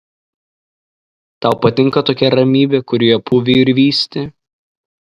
tau patinka tokia ramybė kurioje pūvi ir vysti